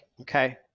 okay